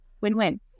win-win